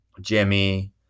Jimmy